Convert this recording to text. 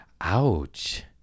ouch